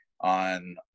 on